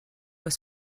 were